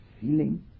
feeling